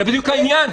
זה בדיוק העניין,